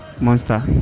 Monster